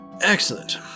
Excellent